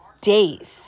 days